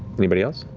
anybody else?